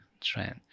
trend